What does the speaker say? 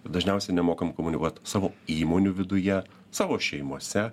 dažniausiai nemokam komunikuot savo įmonių viduje savo šeimose